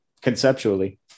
conceptually